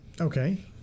Okay